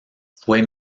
fue